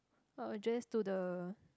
I'll address to the